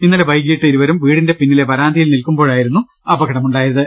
ഇന്നലെ വൈകീട്ട് ഇരുവരും വീടിന്റെ പിന്നിലെ വരാന്തയിൽ നിൽക്കുമ്പോഴായിരുന്നു അപകടം ഉണ്ടായത്